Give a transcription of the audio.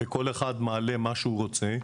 וכל אחד מעלה מה שהוא רוצה,